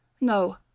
No